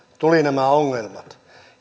tulivat nämä ongelmat